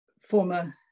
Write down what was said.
former